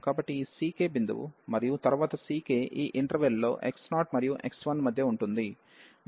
కాబట్టి ఈ ckబిందువు మరియు తరువాత ck ఈ ఇంటర్వెల్ లో x0 మరియు x1మధ్య ఉంటుంది